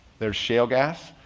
there's shale gas.